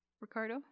Ricardo